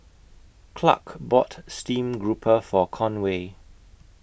Clark bought Stream Grouper For Conway